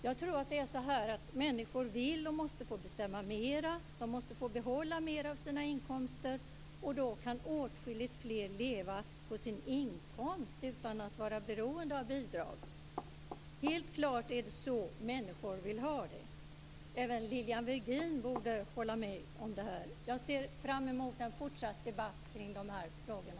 Jag tror att människor vill och måste få bestämma mera, och de måste få behålla mer av sina inkomster. Då kan åtskilligt fler leva på sin inkomst utan att vara beroende av bidrag. Helt klart är det så människor vill ha det. Även Lilian Virgin borde hålla med om det. Jag ser fram emot en fortsatt debatt kring de här frågorna.